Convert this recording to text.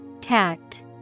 Tact